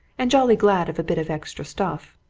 and jolly glad of a bit of extra stuff.